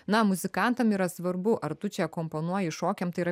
na muzikantam yra svarbu ar tu čia komponuoji šokiam tai yra